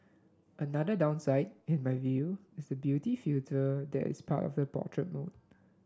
another downside in my view is the beauty filter that is part of the portrait mode